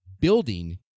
building